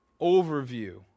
overview